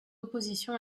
opposition